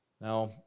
now